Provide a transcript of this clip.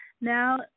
Now